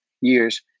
years